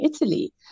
Italy